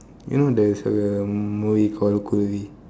you know there's a what you call